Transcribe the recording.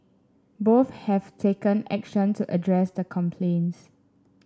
both have taken action to address the complaints